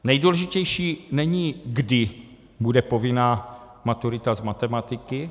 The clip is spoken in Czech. Nejdůležitější není, kdy bude povinná maturita z matematiky.